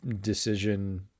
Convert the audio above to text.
decision